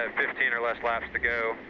fifteen or less laps to go.